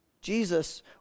Jesus